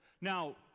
Now